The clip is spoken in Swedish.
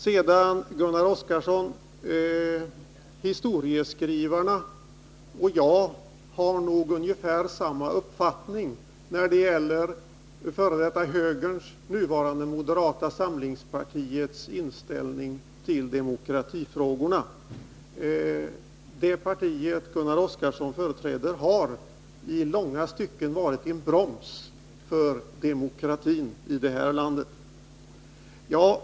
Sedan vill jag säga till Gunnar Oskarson att historieskrivarna och jag har ungefär samma uppfattning i fråga om f. d. högerns, nuvarande moderata samlingspartiets, inställning till demokratifrågorna. Det parti Gunnar Oskarson företräder har i långa stycken varit en broms för demokratin i det här landet.